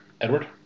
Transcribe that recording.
Edward